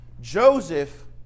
Joseph